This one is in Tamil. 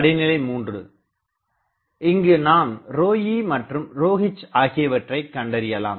படிநிலை3 இங்கு நாம் ρe மற்றும் ρh ஆகியவற்றைக் கண்டறியலாம்